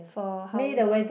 for how long